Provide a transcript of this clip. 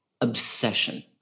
obsession